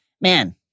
man